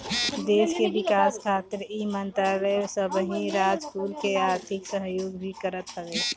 देस के विकास खातिर इ मंत्रालय सबही राज कुल के आर्थिक सहयोग भी करत हवे